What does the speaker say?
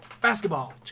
Basketball